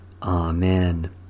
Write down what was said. Amen